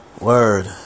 word